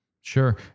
sure